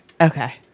Okay